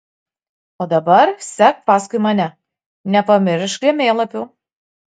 o dabar sek paskui mane nepamiršk žemėlapių